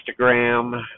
Instagram